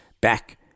back